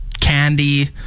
candy